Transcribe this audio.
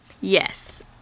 Yes